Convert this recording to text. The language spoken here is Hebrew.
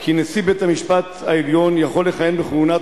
כי נשיא בית-המשפט העליון יכול לכהן בכהונת